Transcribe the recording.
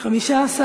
להסיר